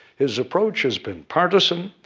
his approach has been partisan,